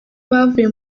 bavuye